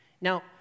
Now